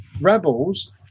Rebels